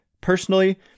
personally